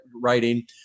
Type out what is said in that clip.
writing